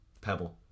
Pebble